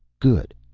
good!